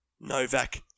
Novak